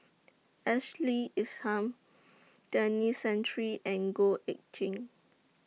Ashley Isham Denis Santry and Goh Eck Kheng